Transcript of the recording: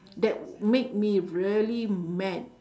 that made me really mad